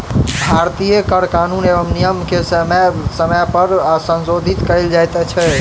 भारतीय कर कानून एवं नियम मे समय समय पर संशोधन कयल जाइत छै